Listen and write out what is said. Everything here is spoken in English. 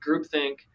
groupthink